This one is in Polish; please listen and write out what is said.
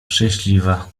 szczęśliwa